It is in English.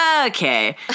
okay